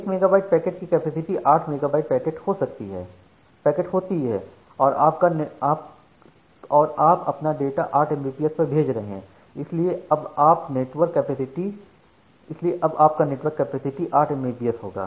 एक megabyte packet की capacity 8 megabit packet होती है और आप अपना डाटा 8 एमबीपीएस पर भेज रहे हैं इसलिए अब आपका नेटवर्क कैपेसिटी 8 एमबीपीएस होगा